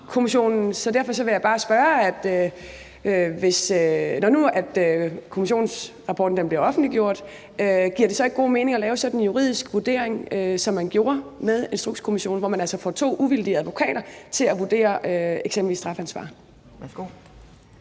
Så derfor vil jeg bare spørge: Når nu kommissionsrapporten bliver offentliggjort, giver det så ikke god mening at lave sådan en juridisk vurdering, som man gjorde i forbindelse med Instrukskommissionen, hvor man altså får to uvildige advokater til at vurdere, om der eksempelvis er et strafansvar?